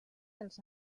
dels